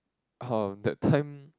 oh that time